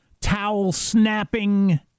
towel-snapping